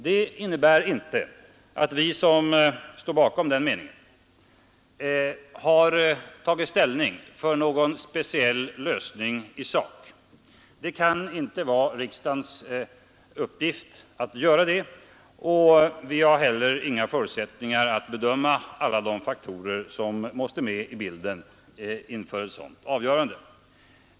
Det innebär inte att vi som står bakom den meningen har tagit ställning för någon speciell lösning i sak. Det kan inte vara riksdagens uppgift att göra det, vi har heller inte förutsättningar att bedöma alla de faktorer som måste med i bilden.